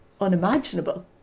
unimaginable